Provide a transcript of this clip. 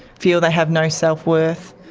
feel they have no self-worth,